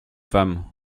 femme